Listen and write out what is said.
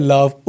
Love